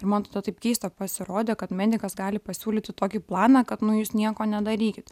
ir man tada taip keista pasirodė kad medikas gali pasiūlyti tokį planą kad nu jūs nieko nedarykit